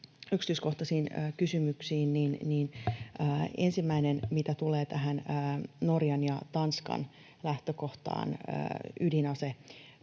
yksityiskohtaisiin kysymyksiin. Ensimmäiseksi mitä tulee Norjan ja Tanskan lähtökohtaan